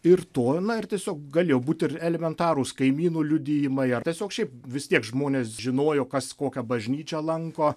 ir to na ir tiesiog galėjo būti ir elementarūs kaimynų liudijimai ar tiesiog šiaip vis tiek žmonės žinojo kas kokią bažnyčią lanko